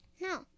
No